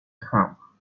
craindre